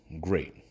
great